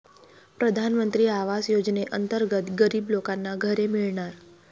प्रधानमंत्री आवास योजनेअंतर्गत गरीब लोकांना घरे मिळणार